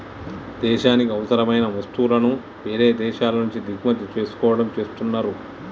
దేశానికి అవసరమైన వస్తువులను వేరే దేశాల నుంచి దిగుమతి చేసుకోవడం చేస్తున్నరు